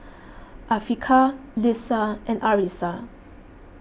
Afiqah Lisa and Arissa